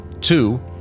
Two